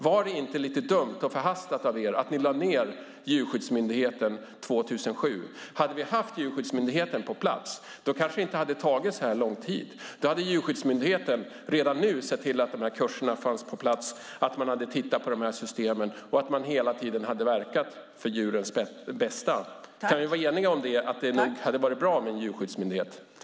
Var det inte lite dumt och förhastat av er att lägga ned Djurskyddsmyndigheten 2007? Hade vi haft Djurskyddsmyndigheten hade det kanske inte hade tagit så här lång tid. Då hade Djurskyddsmyndigheten redan nu sett till att kurserna fanns på plats, att man hade tittat på systemen och att man hela tiden hade verkat för djurens bästa. Kan vi vara eniga om att det nog hade varit bra med en djurskyddsmyndighet?